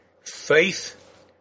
faith